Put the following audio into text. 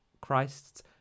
christ's